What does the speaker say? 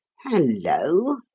hello,